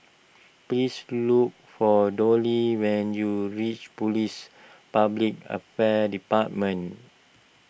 please look for Dolly when you reach Police Public Affairs Department